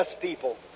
people